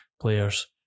players